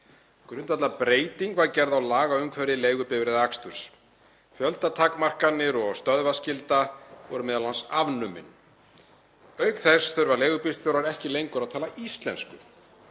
Grundvallarbreyting var gerð á lagaumhverfi leigubifreiðaaksturs. Fjöldatakmarkanir og stöðvaskylda voru m.a. afnumin. Auk þess þurfa leigubílstjórar ekki lengur að tala íslensku